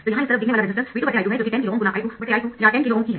तो यहाँ इस तरफ दिखने वाला रेसिस्टेन्स V2 I2 है जो कि 10 KΩ ×I2 I2 या 10 KΩ ही है